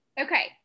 Okay